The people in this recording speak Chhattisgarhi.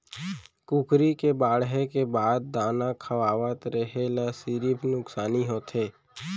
कुकरी के बाड़हे के बाद दाना खवावत रेहे ल सिरिफ नुकसानी होथे